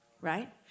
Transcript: right